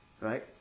right